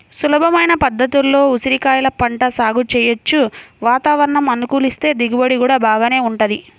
సులభమైన పద్ధతుల్లో ఉసిరికాయల పంట సాగు చెయ్యొచ్చు, వాతావరణం అనుకూలిస్తే దిగుబడి గూడా బాగానే వుంటది